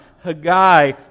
Haggai